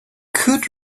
could